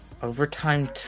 Overtime